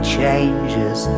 changes